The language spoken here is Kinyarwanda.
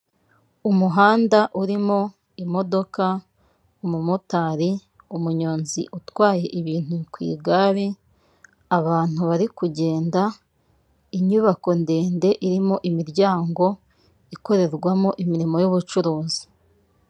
Umuhanda urimo imodoka, umumotari, umunyonzi utwaye ibintu ku igare, abantu bari kugenda, inyubako ndende irimo imiryango ikorerwamo imirimo y'ubucuruzi.